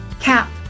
CAP